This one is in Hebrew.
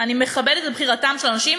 אני מכבדת את בחירתם של אנשים,